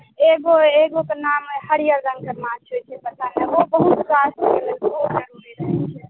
एगो एगो तऽ नाम हरियर रङ्गके माछ होइत छै पता करबै बहुत स्वादिष्ट होइत छै रङ्ग बिरङ्गके